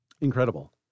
Incredible